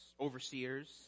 overseers